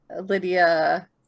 Lydia